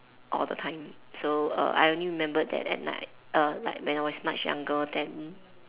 all the time so err I only remember that at night err like when I was much younger then